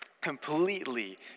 completely